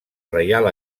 reial